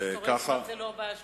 זאת לא הבעיה שלכם.